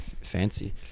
fancy